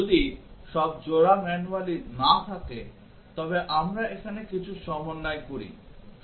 যদি সব জোড়া ম্যানুয়ালি না থাকে তবে আমরা এখানে কিছু সমন্বয় করি